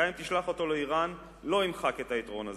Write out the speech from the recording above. גם אם תשלח אותו לאירן, לא ימחק את היתרון הזה.